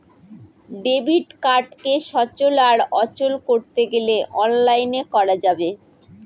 debit কার্ডকে সচল আর অচল করতে গেলে অনলাইনে করা যাবে